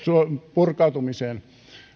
purkautumiseen